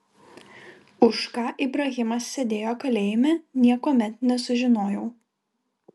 už ką ibrahimas sėdėjo kalėjime niekuomet nesužinojau